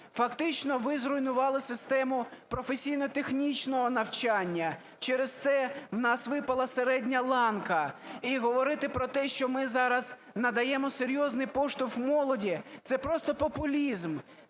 Фактично ви зруйнували систему професійно-технічного навчання. Через це у нас випала середня ланка. І говорити про те, що ми зараз надаємо серйозний поштовх молоді, це просто популізм.